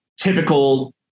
typical